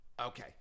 Okay